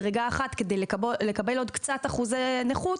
רוצים לעלות עוד מדרגה אחת כדי לקבל עוד קצת אחוזי נכות.